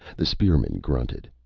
the spearman grunted.